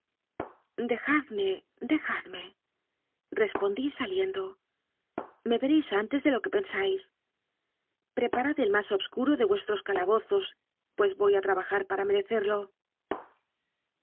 dejadme dejadmerespondí salien do me veréis antes de lo que pensáis preparad el más obscuro de vuestros calabozos pues voy a trabajar para merecerlo